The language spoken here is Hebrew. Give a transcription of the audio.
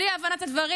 בלי הבנת הדברים.